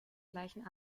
gleichen